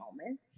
moment